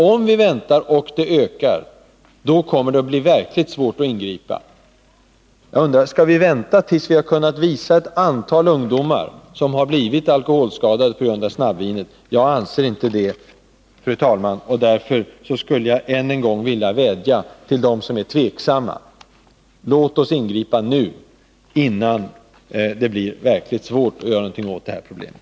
Om vi väntar och tillverkningen ökar kommer det att bli verkligt svårt att ingripa. Skall vi vänta tills vi kunnat visa på ett antal ungdomar som blivit alkoholskadade på grund av snabbvinet? Jag anser inte det, fru talman, och därför skulle jag än en gång vilja vädja till dem som är tveksamma: Låt oss ingripa nu, innan det blir verkligt svårt att göra någonting åt det här problemet.